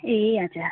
ए हजुर